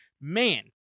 Man